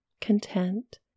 content